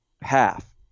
half